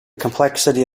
complexity